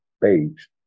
page